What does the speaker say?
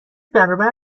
برابر